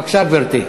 בבקשה, גברתי.